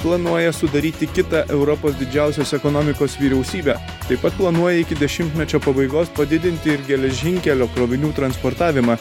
planuoja sudaryti kitą europos didžiausios ekonomikos vyriausybę taip pat planuoja iki dešimtmečio pabaigos padidinti ir geležinkelio krovinių transportavimą